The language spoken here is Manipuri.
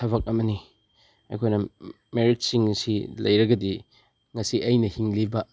ꯊꯕꯛ ꯑꯃꯅꯤ ꯑꯩꯈꯣꯏꯅ ꯃꯦꯔꯤꯠꯁꯁꯤꯡ ꯑꯁꯤ ꯂꯩꯔꯒꯗꯤ ꯉꯁꯤ ꯑꯩꯅ ꯍꯤꯡꯂꯤꯕ